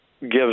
gives